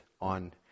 on